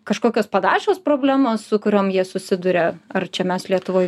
kažkokios panašios problemos su kuriom jie susiduria ar čia mes lietuvoj